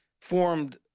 formed